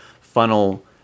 funnel